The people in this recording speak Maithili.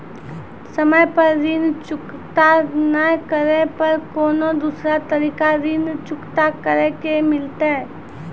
समय पर ऋण चुकता नै करे पर कोनो दूसरा तरीका ऋण चुकता करे के मिलतै?